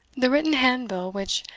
the written hand-bill, which,